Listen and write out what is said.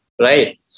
right